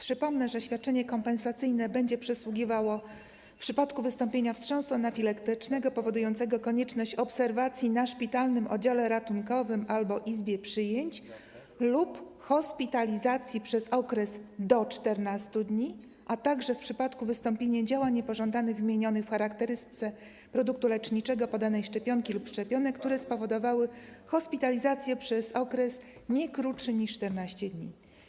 Przypomnę, że świadczenie kompensacyjne będzie przysługiwało w przypadku wystąpienia wstrząsu anafilaktycznego powodującego konieczność obserwacji na szpitalnym oddziale ratunkowym albo w izbie przyjęć lub hospitalizacji przez okres do 14 dni, a także w przypadku wystąpienia działań niepożądanych wymienionych w charakterystyce produktu leczniczego, podanej szczepionki lub szczepionek, które spowodowały hospitalizację przez okres nie krótszy niż 14 dni.